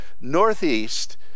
northeast